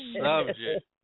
subject